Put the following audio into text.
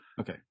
Okay